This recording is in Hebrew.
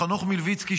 חנוך מלביצקי,